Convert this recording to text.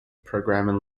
programming